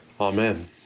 amen